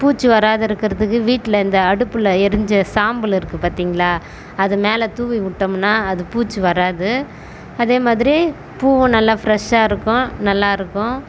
பூச்சி வராது இருக்கிறதுக்கு வீட்டில் இந்த அடுப்பில் எரிஞ்ச சாம்பல் இருக்கு பார்த்திங்களா அதை மேலே தூவி விட்டோம்னால் அது பூச்சி வராது அதே மாதிரி பூவும் நல்லா ஃப்ரெஷ்ஷாக இருக்கும் நல்லா இருக்கும்